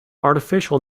artificial